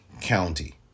county